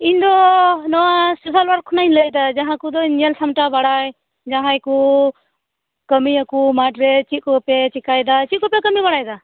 ᱤᱧ ᱱᱚᱣᱟ social work ᱠᱷᱚᱱᱮᱧ ᱞᱟᱹᱭᱮᱫᱟ ᱡᱟᱦᱟᱸ ᱠᱚᱫᱚᱧ ᱧᱮᱞ ᱥᱟᱢᱴᱟᱣ ᱵᱟᱲᱟᱭ ᱡᱟᱦᱟᱸᱭ ᱠᱚ ᱠᱟᱹᱢᱤᱭᱟ ᱠᱚ ᱢᱟᱴᱷ ᱨᱮ ᱪᱮᱫ ᱠᱚᱯᱮ ᱪᱤᱠᱟᱹᱭᱮᱫᱟ ᱢᱟᱴᱷ ᱨᱮ ᱪᱮᱫ ᱠᱚᱯᱮ ᱠᱟᱹᱢᱤ ᱵᱟᱲᱟᱭᱮᱫᱟ